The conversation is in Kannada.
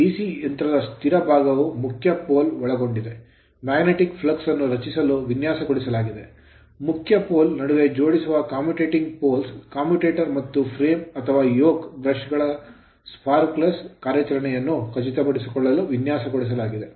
DC ಯಂತ್ರದ ಸ್ಥಿರ ಭಾಗವು ಮುಖ್ಯ pole ಧ್ರುವಗಳನ್ನು ಒಳಗೊಂಡಿದೆ magnetic flux ಮ್ಯಾಗ್ನೆಟಿಕ್ ಫ್ಲಕ್ಸ್ ಅನ್ನು ರಚಿಸಲು ವಿನ್ಯಾಸಗೊಳಿಸಲಾಗಿದೆ ಮುಖ್ಯ pole ಧ್ರುವಗಳ ನಡುವೆ ಜೋಡಿಸುವ commutating poles commutating pole commutator commutator ಮತ್ತು frame ಫ್ರೇಮ್ ಅಥವಾ yoke ನೊಗದಲ್ಲಿ ಬ್ರಷ್ ಗಳ sparkless ಹೊಳಪುರಹೀತ ಕಾರ್ಯಾಚರಣೆಯನ್ನು ಖಚಿತಪಡಿಸಿಕೊಳ್ಳಲು ವಿನ್ಯಾಸಗೊಳಿಸಲಾಗಿದೆ